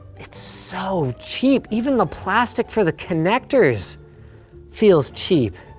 it's so cheap. even the plastic for the connectors feels cheap.